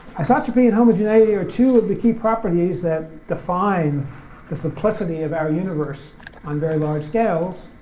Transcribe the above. isotropy and homogeneity are two of the key properties that define the simplicity of our universe on very large scales.